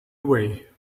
away